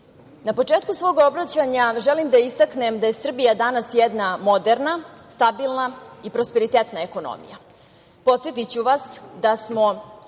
na početku svog obraćanja želim da istaknem da je Srbija danas jedna moderna, stabilna i prosperitetna ekonomija. Podsetiću vas da smo